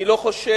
אני לא חושש